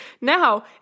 Now